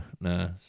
no